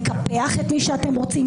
לקפח את מי שאתם רוצים.